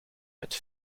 met